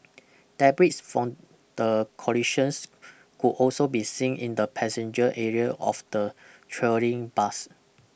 debris from the collisions could also be seen in the passenger area of the trailing bus